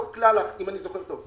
אם אני זוכר טוב.